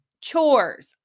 chores